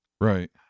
Right